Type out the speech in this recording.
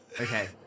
Okay